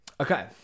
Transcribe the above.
Okay